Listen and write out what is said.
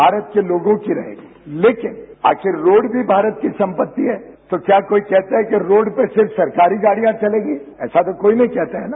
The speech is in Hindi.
भारत के लोगों की रहेगी लेकिन आखिर रोड़े भी भारत की संपत्ति है तो क्या कोई कहता है कि रोड़ पे सिर्फ सरकारी गाडियां चलेगी ऐसा तो कोई नहीं कहता हैं न